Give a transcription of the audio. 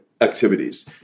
activities